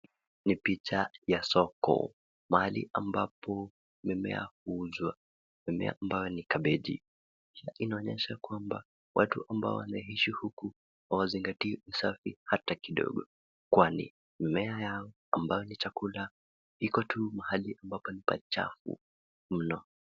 Ni picha ya soko. Mahali ambapo mimea huuzwa, mimea ambayo ni kabeji. Inaonyesha kwamba watu ambao wanaishi huku, hawazingatii usafi hata kidogo kwani mimea yao ambayo ni chakula iko tu mahali ambapo ni pachafu mno.